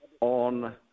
on